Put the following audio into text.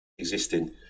Existing